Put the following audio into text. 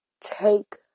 take